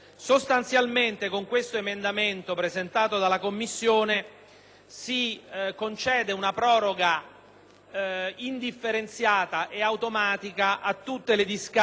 indifferenziata e automatica a tutte le discariche di rifiuti inerti o urbani non pericolosi. Formalmente, non si tratta di una proroga automatica